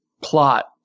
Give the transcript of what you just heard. plot